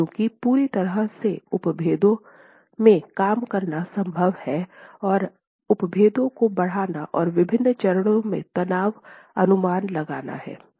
क्योंकि पूरी तरह से उपभेदों में काम करना संभव है और उपभेदों को बढ़ाना और विभिन्न चरणों में तनाव अनुमान लगाना हैं